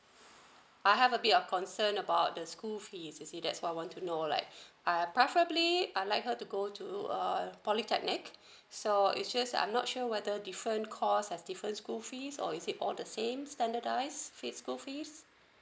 I have a bit of concern about the school fees you see that's why I want to know like I preferably I like her to go to uh polytechnic so it's just I'm not sure whether different course has different school fees or is it all the same standardize fees school fees